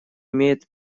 имеет